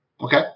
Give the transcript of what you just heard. Okay